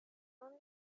only